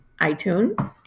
iTunes